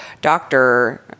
doctor